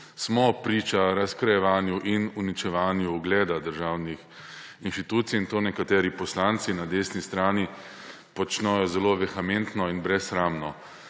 smo priča razkrojevanju in uničevanju ugleda državnih inštitucij, in to nekateri poslanci na desni strani počno zelo vehementno in brezsramno.